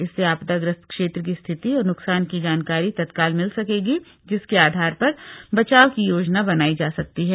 इससे आपदाग्रस्त क्षेत्र की स्थिति और नुकसान की जानकारी तत्काल मिल सकेगी जिसके आधार पर बचाव की योजना बनाई जा सकती है